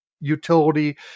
utility